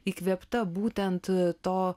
įkvėpta būtent to